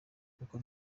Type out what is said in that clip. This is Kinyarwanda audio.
nk’uko